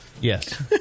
Yes